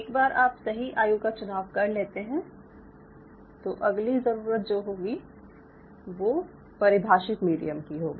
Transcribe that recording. एक बार आप सही आयु का चुनाव कर लेते हैं तो अगली ज़रूरत जो होगी वो परिभाषित मीडियम की होगी